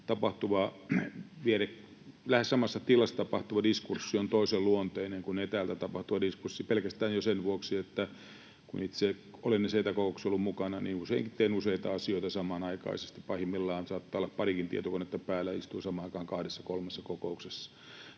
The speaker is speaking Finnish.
lähes samassa tilassa tapahtuva diskurssi on toisenluonteinen kuin etäältä tapahtuva diskurssi jo pelkästään sen vuoksi, että kun itse olen näissä etäkokouksissa ollut mukana, niin usein teen useita asioita samanaikaisesti — pahimmillaan saattaa olla parikin tietokonetta päällä ja istun samaan aikaan kahdessa kolmessa kokouksessa,